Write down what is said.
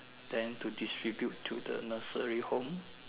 then to distribute to the nursery home